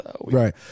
Right